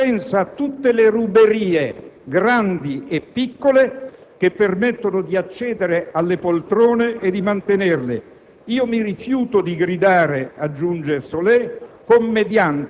Se si pensa a tutte le ruberie, grandi o piccole, che permettono di accedere alle poltrone e di mantenerle, io mi rifiuto di gridare con il